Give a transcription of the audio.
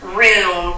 room